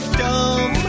dumb